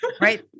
right